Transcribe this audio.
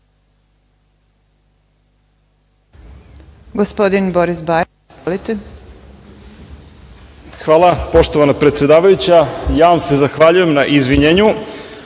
Hvala. Poštovana predsedavajuća, ja vam se zahvaljujem na izvinjenju. Hteo